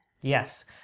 Yes